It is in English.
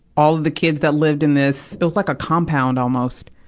all the kids that lived in this, it was like a compound almost,